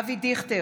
נגד אבי דיכטר,